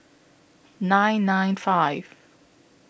nine nine five